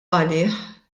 għalih